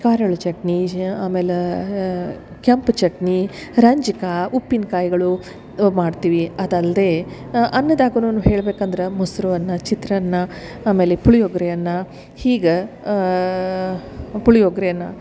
ಖಾರ್ ಎಳು ಚಟ್ನಿ ಶ್ ಆಮೇಲ್ ಕೆಂಪು ಚಟ್ನಿ ರಂಜ್ಕ ಉಪ್ಪಿನ್ಕಾಯಿಗಳು ಮಾಡ್ತೀವಿ ಅದು ಅಲ್ಲದೇ ಅನ್ನದಾಗುನುನು ಹೇಳ್ಬೇಕಂದ್ರ ಮೊಸರು ಅನ್ನ ಚಿತ್ರಾನ್ನ ಆಮೇಲೆ ಪುಳಿಯೊಗರೆ ಅನ್ನ ಹೀಗೆ ಪುಳಿಯೊಗರೆ ಅನ್ನ